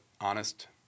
honest